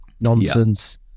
nonsense